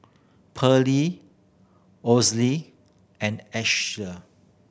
Pearly and Asher